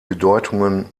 bedeutungen